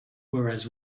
whereas